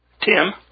Tim